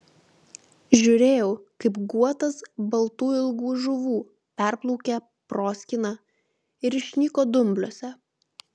žiūrėjau kaip guotas baltų ilgų žuvų perplaukė proskyną ir išnyko dumbliuose